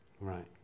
Right